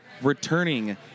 returning